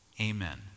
amen